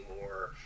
more